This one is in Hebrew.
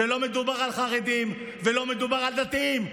לא מדובר על חרדים ולא מדובר על דתיים.